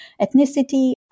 ethnicity